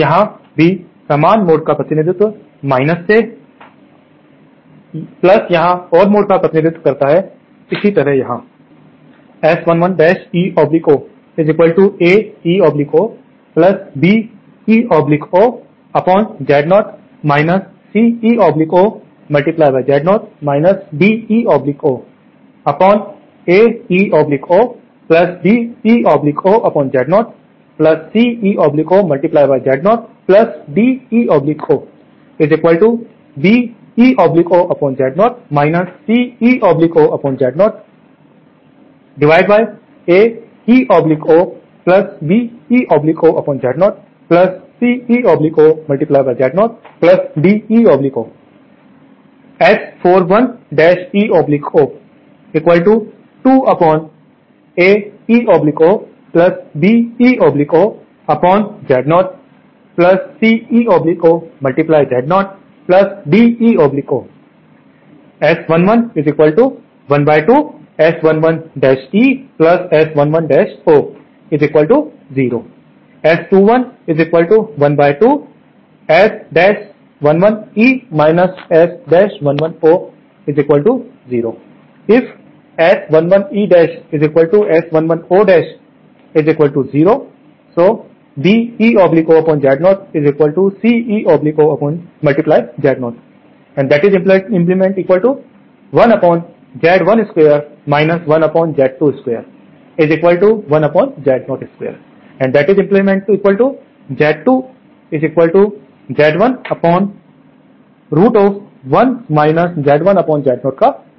तो यहाँ भी समान मोड का प्रतिनिधित्व करता है यहाँ ओड मोड का प्रतिनिधित्व करता है इसी तरह यहाँ